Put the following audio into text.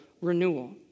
renewal